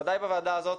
ודאי בוועדה הזאת,